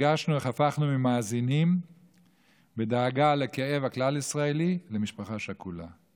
הרגשנו איך הפכנו ממאזינים בדאגה לכאב הכלל-ישראלי למשפחה שכולה.